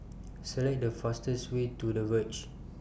Select The fastest Way to The Verge